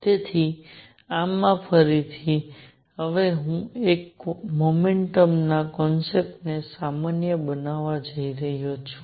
તેથી આમાં ફરીથી હવે હું હવે મોમેન્ટમના કોન્સેપ્ટને સામાન્ય બનાવવા જઈ રહ્યો છું